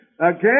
Again